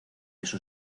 eso